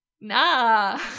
nah